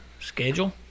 schedule